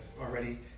already